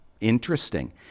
interesting